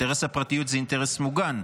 אינטרס הפרטיות זה אינטרס מוגן,